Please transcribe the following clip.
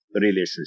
relationship